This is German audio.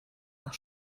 nach